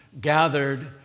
gathered